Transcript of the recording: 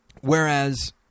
Whereas